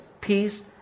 peace